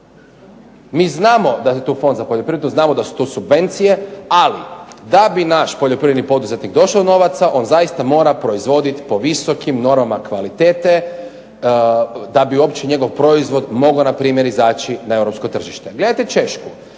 Mi znamo da je tu Fond za poljoprivredu, znamo da su to subvencije, ali da bi naš poljoprivredni poduzetnik došao do novaca on zaista mora proizvodit po visokim normama kvalitete da bi uopće njegov proizvod mogao npr. izaći na europsko tržište. Gledajte Češku.